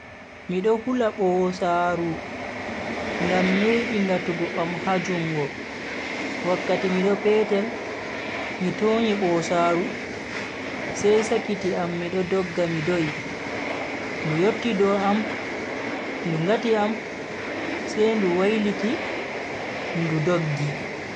Mi do hula bosaaru Ngam medi ngatugo am ha jungo wakkati mido petel mi tonyi bosaaru sai sakiti am mido dogga mi do'i, ndu yotti dow am ndu gati am sai ndu wailiti ndu doggi.